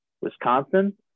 Wisconsin